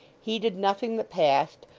heeded nothing that passed,